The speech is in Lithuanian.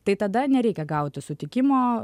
tai tada nereikia gauti sutikimo